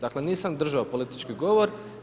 Dakle, nisam držao politički govor.